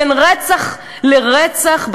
בין רצח לרצח,